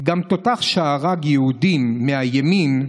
גם תותח שהרג יהודים מהימין,